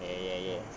ya ya